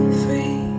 free